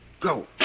Go